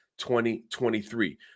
2023